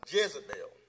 Jezebel